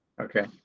Okay